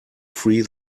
free